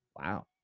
wow